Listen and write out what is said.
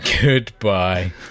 Goodbye